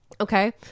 okay